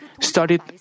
started